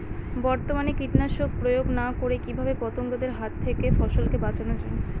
বর্তমানে কীটনাশক প্রয়োগ না করে কিভাবে পতঙ্গদের হাত থেকে ফসলকে বাঁচানো যায়?